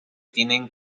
tienen